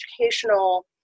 educational